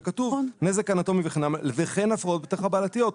וכתוב 'נזק אנטומי' וכן 'הפרעות בתר חבלתיות',